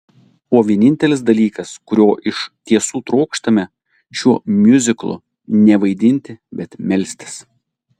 o vienintelis dalykas kurio iš tiesų trokštame šiuo miuziklu ne vaidinti bet melstis